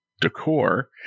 decor